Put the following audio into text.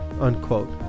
unquote